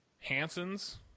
hansons